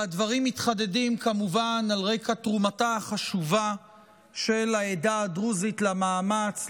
והדברים מתחדדים כמובן על רקע תרומתה החשובה של העדה הדרוזית למאמץ,